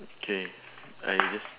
okay I just